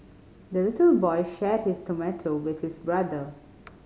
the little boy shared his tomato with his brother